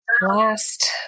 last